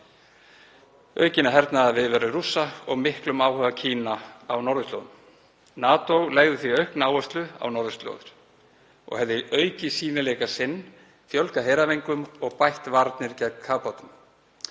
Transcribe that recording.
aukinni hernaðarviðveru Rússa og miklum áhuga Kína á norðurslóðum. NATO legði því aukna áherslu á norðurslóðir og hefði aukið sýnileika sinn, fjölgað heræfingum og bætt varnir gegn kafbátum.